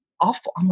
Awful